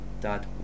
dot